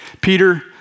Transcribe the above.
Peter